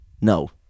no